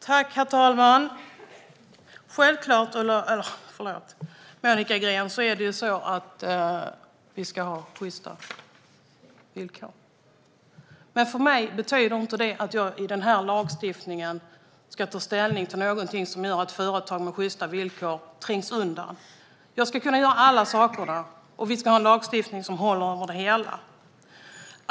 Herr talman! Självklart är det så, Monica Green, att vi ska ha sjysta villkor. För mig betyder det dock inte att jag i den här lagstiftningen ska ta ställning till någonting som gör att företag med sjysta villkor trängs undan. Jag ska kunna göra alla sakerna, och vi ska ha en lagstiftning som håller över det hela.